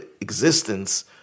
existence